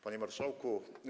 Panie Marszałku!